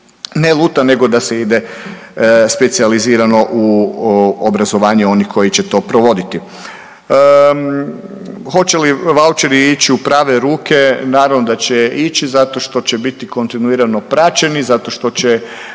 ne luta, nego da se ide specijalizirano u obrazovanje onih koji će to provoditi. Hoće li voucheri ići u prave ruke, naravno da će ići zato što će biti kontinuirano praćeni, zato što će